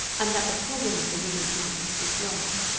and that the problem of a woman's life is love.